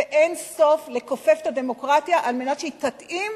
ואין סוף לכיפוף הדמוקרטיה על מנת שהיא תתאים